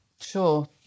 Sure